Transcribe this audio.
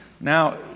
now